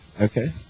okay